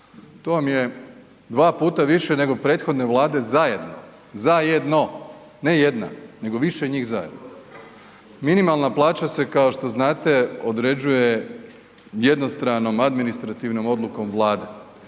To vam je 2 puta više nego prethodne vlade zajedno, zajedno, ne jedna, nego više njih zajedno. Minimalna plaća se kao što znate se određuje jednostranom administrativnom odlukom vlade,